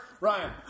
Ryan